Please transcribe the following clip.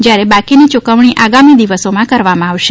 જ્યારે બાકીની યુકવણી આગામી દિવસોમાં કરવામાં આવશે